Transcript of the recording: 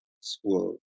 school